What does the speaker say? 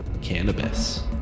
cannabis